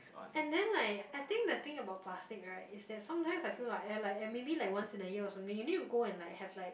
and then like I think the thing about plastic right is that sometimes I feel like and like and maybe like once in a year or something you need to go and like have like